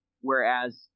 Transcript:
whereas